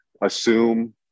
assume